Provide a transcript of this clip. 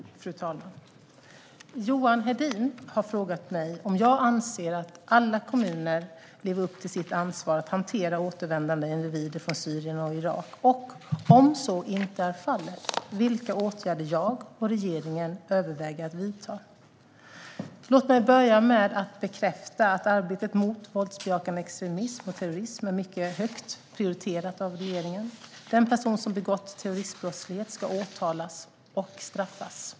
Fru talman! Johan Hedin har frågat mig om jag anser att alla kommuner lever upp till sitt ansvar att hantera återvändande individer från Syrien och Irak och, om så inte är fallet, vilka åtgärder jag och regeringen överväger att vidta. Låt mig börja med att bekräfta att arbetet mot våldsbejakande extremism och terrorism är mycket högt prioriterat av regeringen. Den person som begått terroristbrottslighet ska åtalas och straffas.